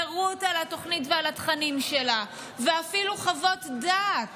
פירוט על התוכנית ועל התכנים שלה ואפילו חוות דעת